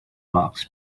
rocks